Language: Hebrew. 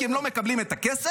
כי הם לא מקבלים את הכסף,